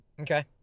Okay